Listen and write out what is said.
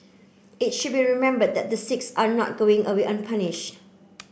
it should be remembered that the six are not going away unpunished